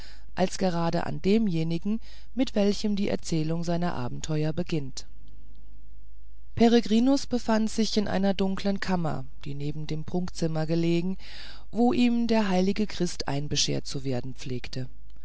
als gerade an demjenigen mit welchem die erzählung seiner abenteuer beginnt peregrinus befand sich in einer dunklen kammer die neben dem prunkzimmer belegen wo ihm der heilige christ einbeschert zu werden pflegte